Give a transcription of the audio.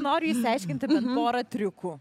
noriu išsiaiškinti apie porą triukų